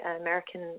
American